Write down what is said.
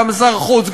גם שר החוץ,